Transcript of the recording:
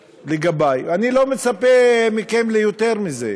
לגבי, אני לא מצפה מכם ליותר מזה,